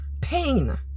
pain